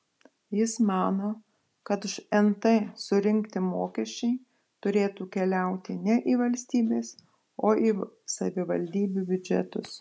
jis mano kad už nt surinkti mokesčiai turėtų keliauti ne į valstybės o į savivaldybių biudžetus